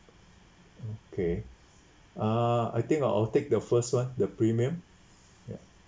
okay uh I think I'll take the first one the premium ya